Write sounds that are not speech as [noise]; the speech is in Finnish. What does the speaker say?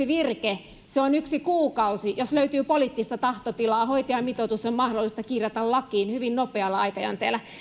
[unintelligible] virke se on yksi kuukausi jos löytyy poliittista tahtotilaa hoitajamitoitus on mahdollista kirjata lakiin hyvin nopealla aikajänteellä